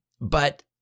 But-